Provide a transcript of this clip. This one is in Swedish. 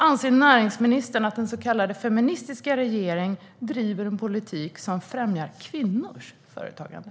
Anser näringsministern att den så kallade feministiska regeringen driver en politik som främjar just kvinnors företagande?